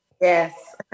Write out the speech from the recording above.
Yes